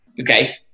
Okay